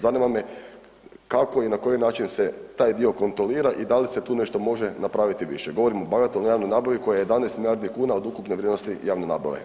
Zanima me kako i na koji način se taj dio kontrolira i da li se tu nešto može napraviti više, govorim o bagatelnoj javnoj nabavi koja je 11 milijardi kuna od ukupne vrijednosti javne nabave?